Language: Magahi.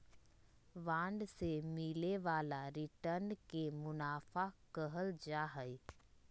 बांड से मिले वाला रिटर्न के मुनाफा कहल जाहई